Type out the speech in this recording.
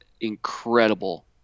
incredible